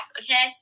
okay